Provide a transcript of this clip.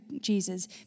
Jesus